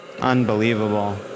Unbelievable